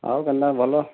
ଆଉ କେନ୍ତା ଭଲ